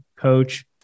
coach